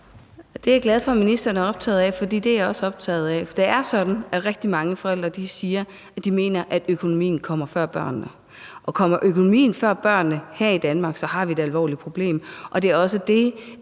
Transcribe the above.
Det er jeg glad for at ministeren er optaget af, for det er jeg også optaget af. For det er sådan, at rigtig mange forældre siger, at de mener, at økonomien kommer før børnene. Og kommer økonomien før børnene her i Danmark, har vi et alvorligt problem,